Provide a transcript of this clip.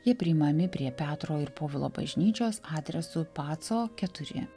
jie priimami prie petro ir povilo bažnyčios adresu paco keturi